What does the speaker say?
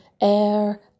air